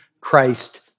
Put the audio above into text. Christ